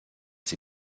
sie